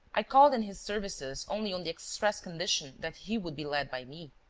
i called in his services only on the express condition that he would be led by me.